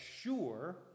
sure